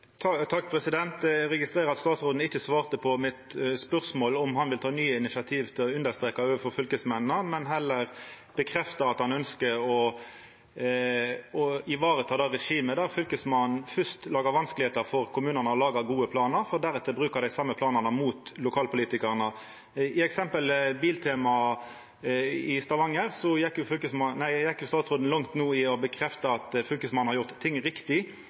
Eg registrerer at statsråden ikkje svarte på mitt spørsmål om han vil ta nye initiativ til å understreka overfor fylkesmennene, men heller bekrefta at han ønskjer å vareta det regimet der Fylkesmannen fyrst lagar vanskar for kommunane når det kjem til å laga gode planar, for deretter å bruka dei same planane mot lokalpolitikarane. I eksempelet Biltema i Stavanger gjekk statsråden langt i å bekrefta at Fylkesmannen har gjort ting riktig.